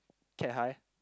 Cat High